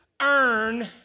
earn